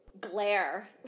glare